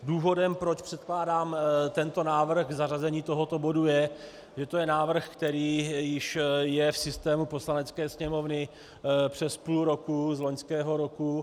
Důvodem, proč předkládám tento návrh k zařazení tohoto bodu, je, že to je návrh, který již je v systému Poslanecké sněmovny přes půl roku z loňského roku.